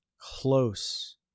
close